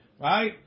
right